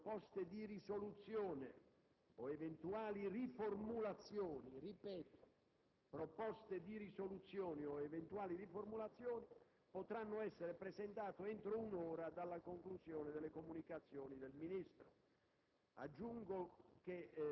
Ricordo inoltre che le proposte di risoluzione o eventuali riformulazioni potranno essere presentate entro un'ora dalla conclusione delle comunicazioni del Ministro.